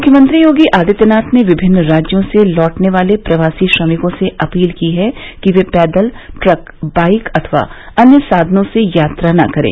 मुख्यमंत्री योगी आदित्यनाथ ने विभिन्न राज्यों से प्रदेश लौटने वाले प्रवासी श्रमिकों से अपील की है कि वे पैदल ट्रक बाइक अथवा अन्य साधनों से यात्रा न करें